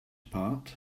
part